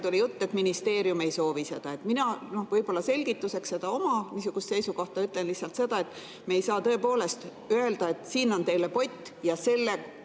oli juttu, et ministeerium ei soovi seda. Mina võib-olla oma niisuguse seisukoha selgituseks ütlen lihtsalt seda, et me ei saa tõepoolest öelda, et siin on teile pott ja selle